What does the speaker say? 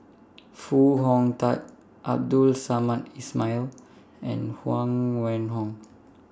Foo Hong Tatt Abdul Samad Ismail and Huang Wenhong